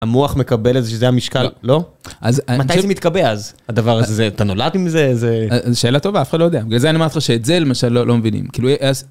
המוח מקבל את זה שזה המשקל, לא? מתי זה מתקבל אז? הדבר הזה, אתה נולד עם זה? זו שאלה טובה, אף אחד לא יודע, בגלל זה אני אומר לך שאת זה למשל לא מבינים.